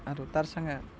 ଆରୁ ତାର୍ ସାଙ୍ଗେ